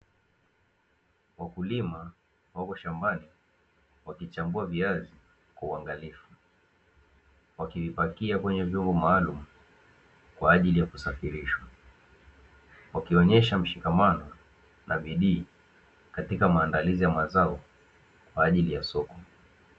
Wakulima wapo shambani wakichambua viazi kwa uangalifu, wakivipakia kwenye vyombo maalumu kwa ajili ya kusafirisha. Wakionyesha mshikamano na bidii katika mandalizi ya mazao kwa ajili ya soko.